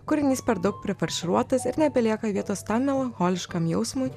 kūrinys per daug prifarširuotas ir nebelieka vietos tam melancholiškam jausmui